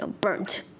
burnt